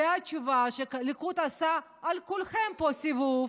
זו התשובה, הליכוד עשה על כולכם פה סיבוב,